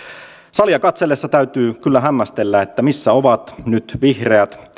salia katsellessa täytyy kyllä hämmästellä missä ovat nyt vihreät